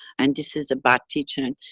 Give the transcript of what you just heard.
and this is a bad teacher and.